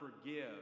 forgive